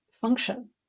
function